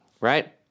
right